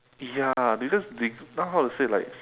ya because deg~ now how to say like